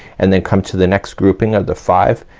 and then come to the next grouping of the five,